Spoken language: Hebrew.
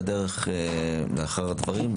לאחר הדברים.